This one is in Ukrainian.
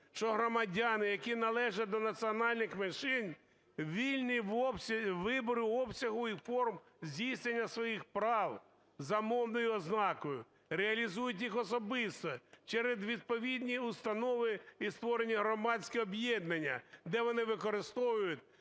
що громадяни, які належать до національних меншин, вільні у виборі обсягу і форм здійснення своїх прав за мовною ознакою, реалізують їх особисто через відповідні установи і створені громадського об'єднання, де вони використовують